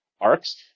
arcs